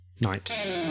night